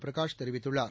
பிரகாஷ் தெரிவித்துள்ளார்